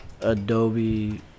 Adobe